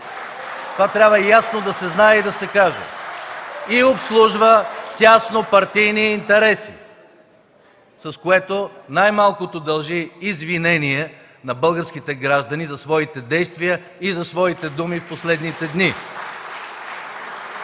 това трябва ясно да се знае и да се каже, и обслужва теснопартийни интереси, с което най-малкото дължи извинение на българските граждани за своите действия и за своите думи в последните дни.